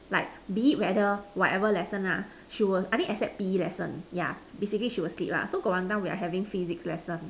like be whether whatever lesson lah she will I think except P_E lesson yeah basically she will sleep lah so got one time we were having Physics lesson